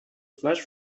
flash